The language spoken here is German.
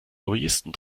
lobbyisten